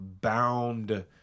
bound